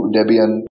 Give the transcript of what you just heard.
Debian